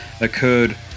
occurred